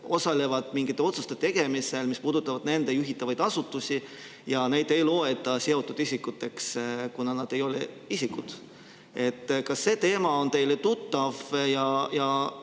osalevad mingite otsuste tegemisel, mis puudutavad nende juhitavaid asutusi, aga neid ei loeta seotud isikuteks, kuna nad ei ole isikud. Kas see teema on teile tuttav?